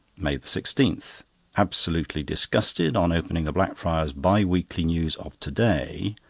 may sixteen point absolutely disgusted on opening the blackfriars bi-weekly news of to-day,